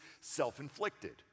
self-inflicted